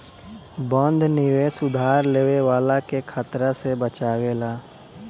बंध निवेश उधार लेवे वाला के खतरा से बचावेला